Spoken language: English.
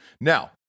Now